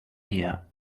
here